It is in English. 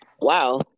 wow